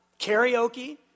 karaoke